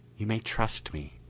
you may trust me.